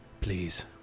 Please